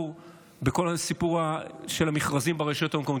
בכל הסיפור של המכרזים ברשויות המקומיות.